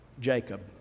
Jacob